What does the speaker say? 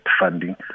funding